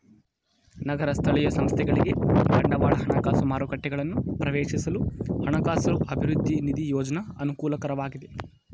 ನಗರ ಸ್ಥಳೀಯ ಸಂಸ್ಥೆಗಳಿಗೆ ಬಂಡವಾಳ ಹಣಕಾಸು ಮಾರುಕಟ್ಟೆಗಳನ್ನು ಪ್ರವೇಶಿಸಲು ಹಣಕಾಸು ಅಭಿವೃದ್ಧಿ ನಿಧಿ ಯೋಜ್ನ ಅನುಕೂಲಕರವಾಗಿದೆ